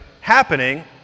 happening